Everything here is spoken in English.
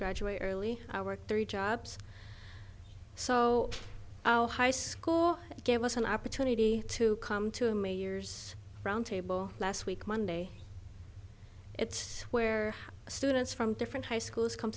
graduate early i work three jobs so high school gave us an opportunity to come to a mayor's roundtable last week monday it's where students from different high schools come